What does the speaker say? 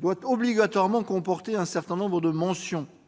doit obligatoirement comporter un certain nombre de mentions